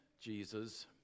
Jesus